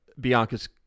Bianca's